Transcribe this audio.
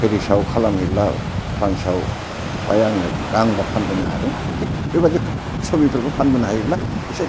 पेरिसाव खालामहैब्ला फ्रान्साव फ्राय आङो गांबा फानबोनो हादों थिग बेबादि सबिफोरखौ फानबोनो हायोब्ला एसे